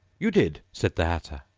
you did said the hatter.